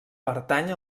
pertany